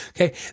Okay